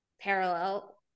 parallel